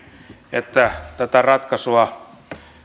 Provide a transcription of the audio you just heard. että tätä ratkaisua